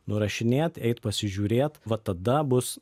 nurašinėt eit pasižiūrėt va tada bus